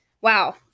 Wow